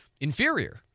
inferior